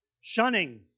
Shunning